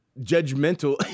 judgmental